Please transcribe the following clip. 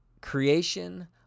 creation